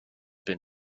been